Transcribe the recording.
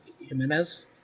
Jimenez